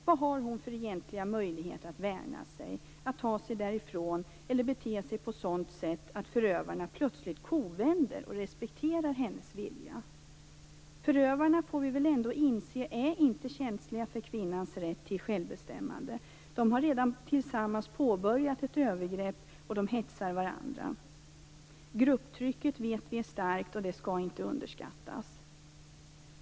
Vad har hon för egentliga möjligheter att värna sig, att ta sig därifrån eller bete sig på sådant sätt att förövarna plötsligt kovänder och respekterar hennes vilja? Vi får väl ändå inse att förövarna inte är känsliga för kvinnans rätt till självbestämmande. De har tillsammans redan påbörjat ett övergrepp och de hetsar varandra. Vi vet att grupptrycket är starkt, och det skall inte underskattas.